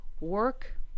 work